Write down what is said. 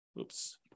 oops